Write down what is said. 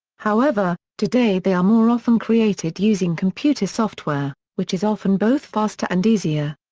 however, today they are more often created using computer software, which is often both faster and easier.